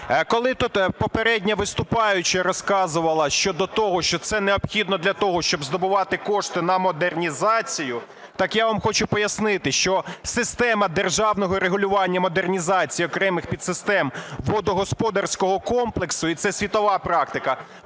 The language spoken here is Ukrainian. коли тут попередня виступаюча розказувала щодо того, що це необхідно для того, щоб здобувати кошти на модернізацію, так я вам хочу пояснити, що система державного регулювання модернізації окремих підсистем водогосподарського комплексу, і це світова практика,